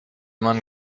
man